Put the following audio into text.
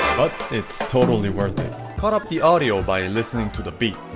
but it's totally worth it caught up the audio by listening to the beat